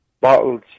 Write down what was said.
bottles